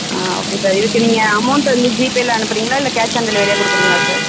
ஆ okay sir இதற்கு நீங்கள் amount வந்து ஜிபேவில அனுப்புறிங்களா இல்லை கேஷ் ஆன் டெலிவரியா கொடுக்குறீங்ளா சார்